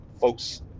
folks